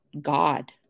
God